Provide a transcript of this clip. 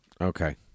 Okay